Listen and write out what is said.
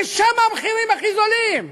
ושם המחירים הכי זולים.